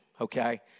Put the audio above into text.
okay